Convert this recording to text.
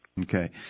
Okay